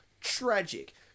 Tragic